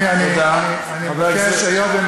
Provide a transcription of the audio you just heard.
אני לא יכולתי להתעמק כדי להוכיח שזו החלטה תקדימית,